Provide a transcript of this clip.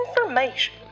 information